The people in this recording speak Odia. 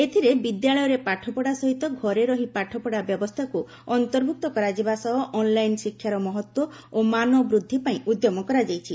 ଏଥିରେ ବିଦ୍ୟାଳୟରେ ପାଠପଢ଼ା ସହିତ ଘରେ ରହି ପାଠପଢ଼ା ବ୍ୟବସ୍ଥାକୁ ଅନ୍ତର୍ଭୁକ୍ତ କରାଯିବା ସହ ଅନ୍ଲାଇନ ଶିକ୍ଷାର ମହତ୍ତ୍ୱ ଓ ମାନ ବୃଦ୍ଧି ପାଇଁ ଉଦ୍ୟମ କରାଯାଇଛି